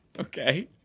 Okay